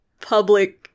public